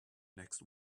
next